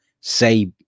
say